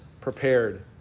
prepared